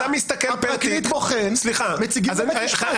הפרקליט בוחן, מציגים בבית משפט.